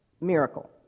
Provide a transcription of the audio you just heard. miracle